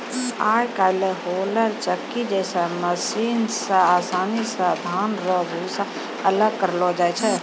आय काइल होलर चक्की जैसन मशीन से आसानी से धान रो भूसा अलग करलो जाय छै